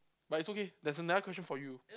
but it's okay there's another question for you